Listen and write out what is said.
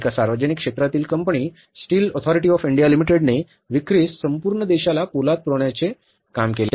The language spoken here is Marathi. एका सार्वजनिक क्षेत्रातील company steel authority of India लिमिटेडने विक्रीस संपूर्ण देशाला पोलाद पुरवण्याचे काम केले